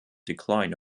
decline